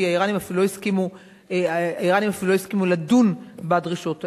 כי האירנים אפילו לא הסכימו לדון בדרישות האלה.